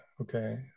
Okay